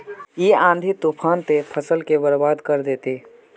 इ आँधी तूफान ते फसल के बर्बाद कर देते?